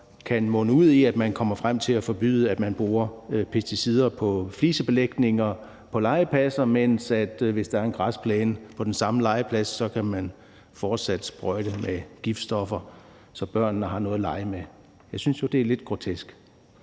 kan munde ud i, at man kommer frem til at forbyde, at man bruger pesticider på flisebelægninger på legepladser, mens man, hvis der er en græsplæne på den samme legeplads, fortsat kan sprøjte med giftstoffer, så børnene har noget at lege med. Jeg synes jo, det er lidt grotesk.